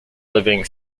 living